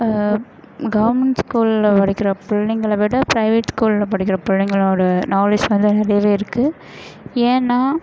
government ஸ்கூல்ல படிக்கிற பிள்ளைங்கள விட பிரைவேட் ஸ்கூல்ல படிக்கிற பிள்ளைங்களோட நாலேஜ் வந்து நிறையாவே இருக்குது ஏன்னா